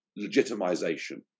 legitimization